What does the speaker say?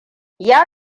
ya